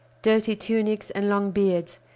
dirty tunics, and long beards,